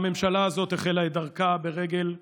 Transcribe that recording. הממשלה הזאת החלה את דרכה ברגל שמאל.